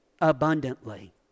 abundantly